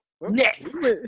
Next